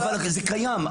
אבל זה קיים.